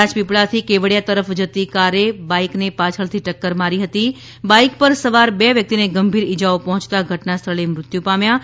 રાજપીપળાથી કેવડિયા તરફ જતી કારે બાઇકને પાછળથી ટક્કર મારી હતી બાઇક પર સવાર બે વ્યક્તિને ગંભીર ઇજાઓ પહોંચતા ઘટનાસ્થળે મૃત્યુ પામ્યા હતા